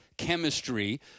chemistry